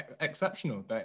exceptional